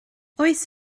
oes